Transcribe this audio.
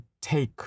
take